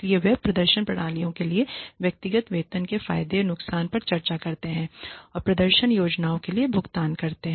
इसलिए वे प्रदर्शन प्रणालियों के लिए व्यक्तिगत वेतन के फायदे और नुकसान पर चर्चा करते हैं और प्रदर्शन योजनाओं के लिए भुगतान करते हैं